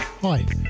Hi